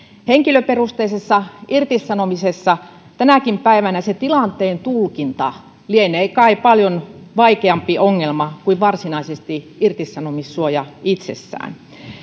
henkilöperusteisessa irtisanomisessa tänäkin päivänä se tilanteen tulkinta lienee kai paljon vaikeampi ongelma kuin varsinaisesti irtisanomissuoja itsessään